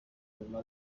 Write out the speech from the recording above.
nyuma